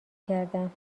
کردم